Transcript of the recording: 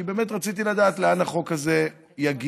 כי באמת רציתי לדעת לאן החוק הזה יגיע.